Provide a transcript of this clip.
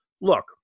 Look